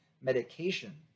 medication